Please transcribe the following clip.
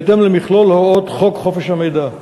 בהתאם למכלול הוראות חוק חופש המידע.